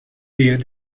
der